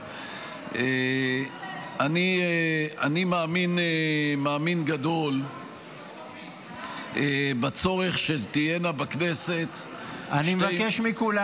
אני מאמין גדול בצורך שתהיינה בכנסת שתי --- אני מבקש מכולם,